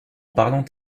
parlant